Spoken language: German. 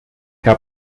herr